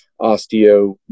osteo